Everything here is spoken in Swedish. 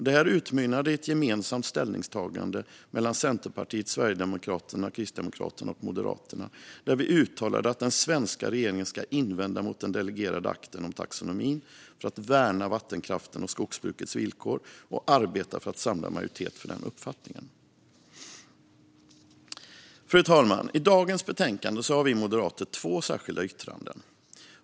Detta utmynnade i ett gemensamt ställningstagande mellan Centerpartiet, Sverigedemokraterna, Kristdemokraterna och Moderaterna, där vi uttalade att den svenska regeringen ska invända mot den delegerade akten om taxonomin, för att värna vattenkraften och skogsbrukets villkor och arbeta för att samla majoritet för den uppfattningen. Fru talman! I dagens betänkande har vi moderater två särskilda yttranden.